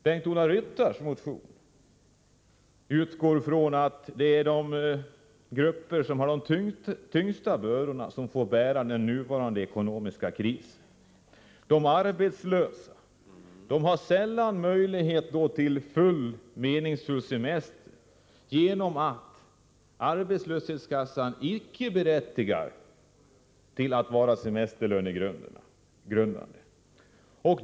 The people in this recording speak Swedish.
Bengt-Ola Ryttars motion utgår från att det är de grupper som har de tyngsta bördorna som får bära upp den nuvarande ekonomiska krisen, dvs. de arbetslösa. De har sällan möjlighet att få en meningsfull semester, eftersom arbetslöshetsersättningen icke berättigar till semesterlön.